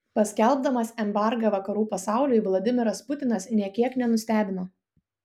paskelbdamas embargą vakarų pasauliui vladimiras putinas nė kiek nenustebino